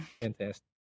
fantastic